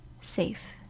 Safe